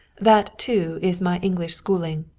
that, too, is my english schooling.